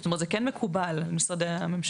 זאת אומרת, זה כן מקובל על משרדי הממשלה.